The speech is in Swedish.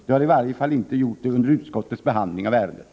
Det har i varje fall inte gjort det under utskottets behandling av ärendet.